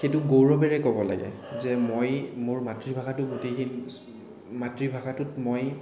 সেইটো গৌৰৱেৰে ক'ব লাগে যে মই মোৰ মাতৃভাষাটো মাতৃভাষাটোত মই